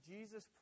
Jesus